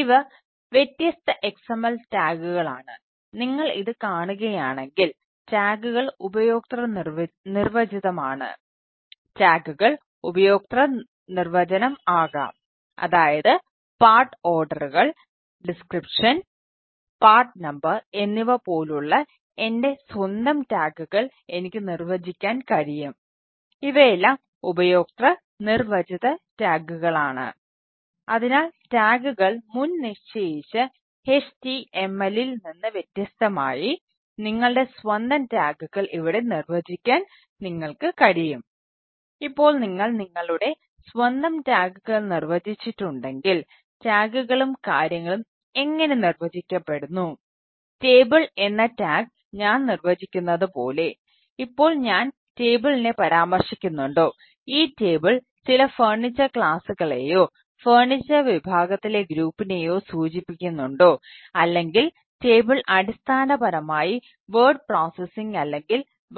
ഇവ വ്യത്യസ്ത XML ടാഗുകളാണ് അല്ലെങ്കിൽ